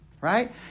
right